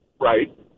Right